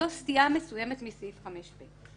זו סטייה מסוימת מסעיף 5(ב).